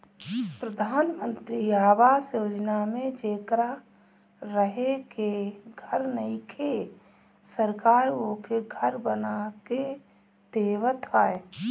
प्रधान मंत्री आवास योजना में जेकरा रहे के घर नइखे सरकार ओके घर बना के देवत ह